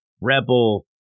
rebel